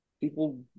people